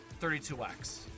32x